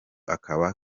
akaba